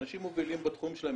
אנשים מובילים בתחום שלהם,